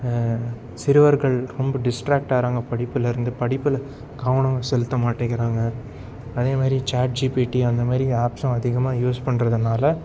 சிறுவர்கள் ரொம்ப டிஸ்ராக்ட் ஆகிறாங்க படிப்புலிருந்து படிப்பில் கவனம் செலுத்த மாட்டேங்கிறாங்க அதே மாதிரி சாட் ஜிபிடி அந்த மாதிரி ஆப்ஸ்ஸும் அதிகமாக யூஸ் பண்ணுறதுனால